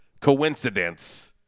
coincidence